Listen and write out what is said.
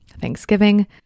thanksgiving